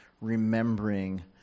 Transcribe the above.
remembering